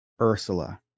Ursula